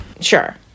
sure